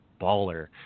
baller